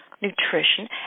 nutrition